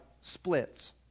splits